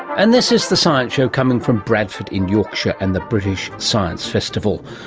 and this is the science show coming from bradford in yorkshire, and the british science festival.